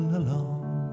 alone